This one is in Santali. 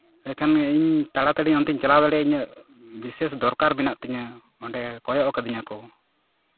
ᱞᱮᱠᱷᱟᱱ ᱜᱮ ᱤᱧ ᱛᱟᱲᱟ ᱛᱟᱲᱤ ᱚᱱᱛᱮᱧ ᱪᱟᱞᱟᱣ ᱫᱟᱲᱮᱭᱟᱜᱼᱟ ᱤᱧᱟᱹᱜ ᱵᱤᱥᱮᱥ ᱫᱚᱨᱠᱟᱨ ᱢᱮᱱᱟᱜ ᱛᱤᱧᱟ ᱚᱸᱰᱮ ᱠᱚᱭᱚᱜ ᱠᱟᱹᱫᱤᱧᱟᱠᱚ